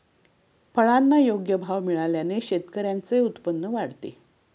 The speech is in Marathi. फळांना योग्य भाव मिळाल्याने शेतकऱ्यांचे उत्पन्न वाढते